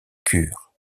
cure